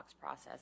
process